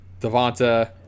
Devonta